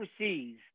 overseas